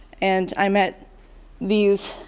and i met these